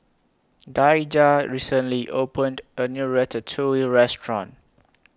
Daijah recently opened A New Ratatouille Restaurant